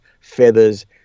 feathers